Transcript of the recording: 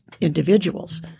individuals